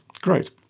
Great